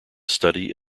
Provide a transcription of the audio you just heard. study